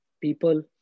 people